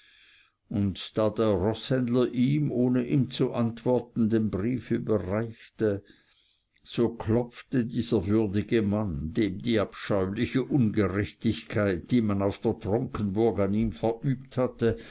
und da der roßhändler ihm ohne ihm zu antworten den brief überreichte so klopfte ihm dieser würdige mann dem die abscheuliche ungerechtigkeit die man auf der tronkenburg an ihm verübt hatte